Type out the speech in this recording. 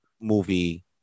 movie